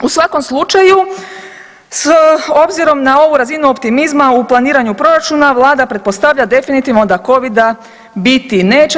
U svakom slučaju s obzirom na ovu razinu optimizma u planiranju proračuna Vlada pretpostavlja definitivno da Covid-a biti neće.